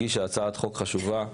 הגישה הצעת חוק חשובה,